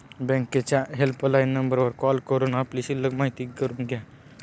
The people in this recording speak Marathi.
बँकेच्या हेल्पलाईन नंबरवर कॉल करून आपली शिल्लक माहिती करून घ्या